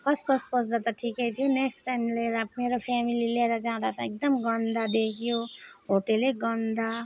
first first पस्दा त ठिकै थियो नेक्सट टाइम मेरो फ्यामिली लिएर जाँदा त एकदम गन्दा देख्यो होटेल गन्दा